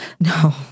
No